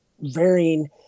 varying